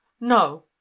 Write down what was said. no